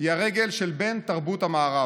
היא הרגל של בן תרבות המערב.